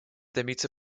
добиться